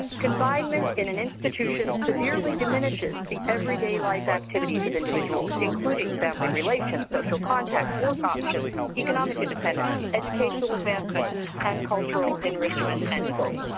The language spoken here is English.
confinement in an institution severely diminishes the everyday life activities of individuals, including family relations, social contacts, work options, economic independence, educational advancement and cultural enrichment, end quote.